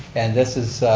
and this is,